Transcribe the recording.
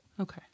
Okay